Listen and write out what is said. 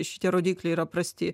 šitie rodikliai yra prasti